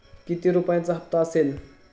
किती रुपयांचा हप्ता असेल?